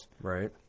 Right